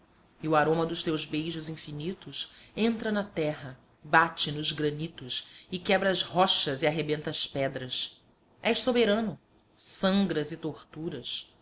calma e o aroma dos teus beijos infinitos entra na terra bate nos granitos e quebra as rochas e arrebenta as pedras és soberano sangras e torturas